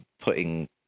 putting